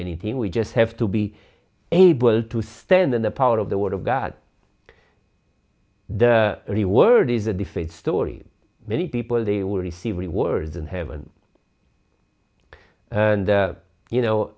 anything we just have to be able to stand in the power of the word of god the word is a different story many people they will receive rewards in heaven and you know